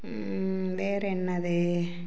வேறே என்னது